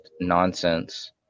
nonsense